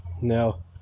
now